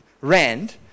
rand